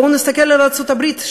בואו נסתכל על ארצות-הברית,